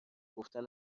گفتن